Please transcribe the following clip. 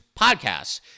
podcasts